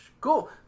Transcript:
Cool